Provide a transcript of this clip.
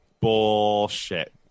Bullshit